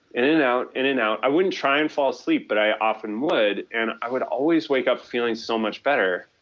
in and out, in and out, i wouldn't try and fall asleep but i often would and i always wake up feeling so much better.